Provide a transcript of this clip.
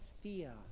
fear